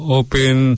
open